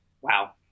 Wow